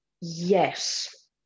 Yes